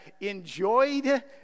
enjoyed